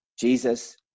Jesus